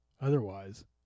Otherwise